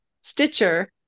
Stitcher